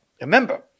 Remember